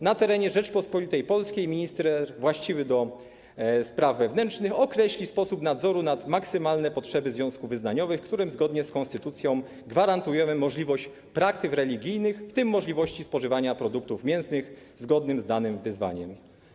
Na terenie Rzeczypospolitej Polskiej minister właściwy do spraw wewnętrznych określi sposób nadzoru w przypadku maksymalnych potrzeb związków wyznaniowych, którym zgodnie z konstytucją gwarantujemy możliwość praktyk religijnych, w tym możliwość spożywania produktów mięsnych zgodnych z danym wyznaniem.